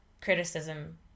criticism